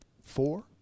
four